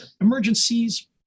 Emergencies